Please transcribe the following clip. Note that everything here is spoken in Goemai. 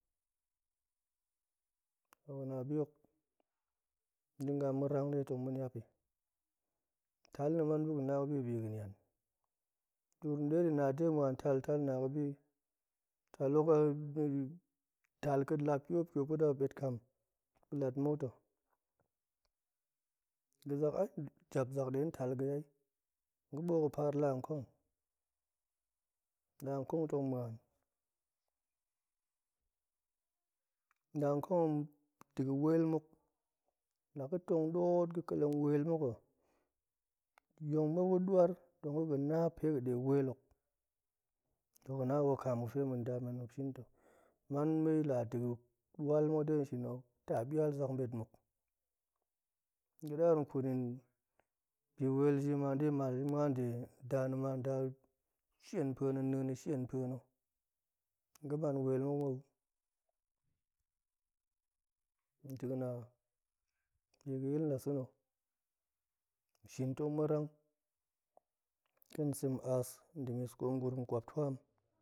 Ga̱na bi hok ma̱ dinga ma̱ rang detong ma̱ niapi tal na̱ man ba̱ga̱ nabi ga̱nian degurum dedi dega̱ muan taltali, aga̱ bi tal hok lap tiop ga̱ pet kam pa̱ lat muk to, ga̱zak ai jap detong tal ga̱ ai, ga̱ ɓoot ga̱ par lakong, lakong tong muan, lakong tong dega̱ wel muk laga̱ tong ɗoot ga̱ ƙa̱leng wel muk hok yong ma̱p ga̱ da̱ar tong ga̱ ga̱ na pega̱ de wellok, to ga̱na wakam ga̱fe ma̱ nda men ma̱p shin to ga̱ man me la dega̱ wel muk o tabial zak ɓet muk, g̱a̱dar tong ƙut yin bi wel ji ma dema la ji muan de nda na̱ ma nda ma shen pa̱na̱ nien na̱ ma shen pa̱na̱ ga̱ man wel muk mou nito ga̱na bi ga̱yil das sa̱na̱ ma̱ shin tong ma̱ rang ƙa̱n sem aas muk miskoom gurum kwaptuam,